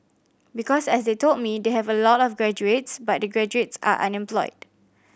because as they told me they have a lot of graduates but the graduates are unemployed